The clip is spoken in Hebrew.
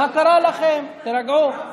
חברי וחברות הכנסת, תם סדר-היום.